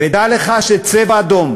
ודע לך ש"צבע אדום"